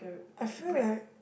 I feel like